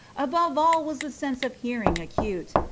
above all was the sense of hearing acute.